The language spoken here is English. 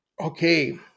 Okay